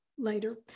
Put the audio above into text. later